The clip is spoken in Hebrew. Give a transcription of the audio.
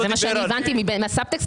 זה מה שהבנתי בין הדברים.